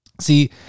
See